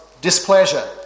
displeasure